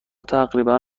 تقریبا